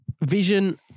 Vision